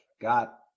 got